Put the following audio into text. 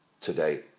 today